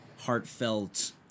heartfelt